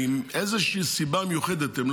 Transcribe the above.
מאיזו סיבה מיוחדת,